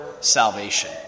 salvation